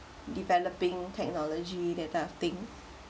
developing technology that type of thing